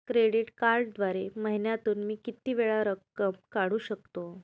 Credit कार्डद्वारे महिन्यातून मी किती वेळा रक्कम काढू शकतो?